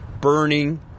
burning